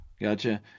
Gotcha